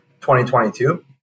2022